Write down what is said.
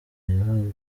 yahabwaga